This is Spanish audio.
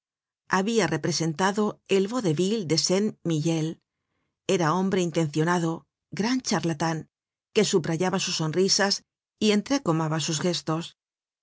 habia representado el vaudeville en saint mihiel era hombre intencionado gran charlatan que subrayaba sus sonrisas y entrecomaba sus gestos